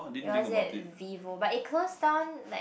it was at Vivo but it closed down like